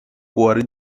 cuore